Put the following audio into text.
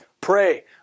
pray